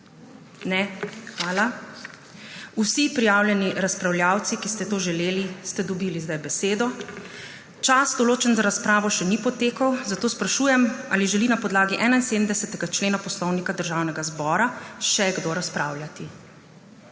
Ne. Hvala. Vsi prijavljeni razpravljavci, ki ste to želeli, ste dobili besedo. Čas, določen za razpravo, še ni potekel, zato sprašujem, ali želi na podlagi 71. člena Poslovnika Državnega zbora še kdo razpravljati.